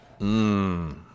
Mmm